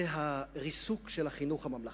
זה הריסוק של החינוך הממלכתי.